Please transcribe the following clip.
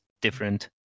different